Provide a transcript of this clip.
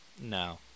No